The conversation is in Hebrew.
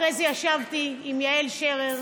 אחרי זה ישבתי עם יעל שרר,